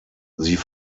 sie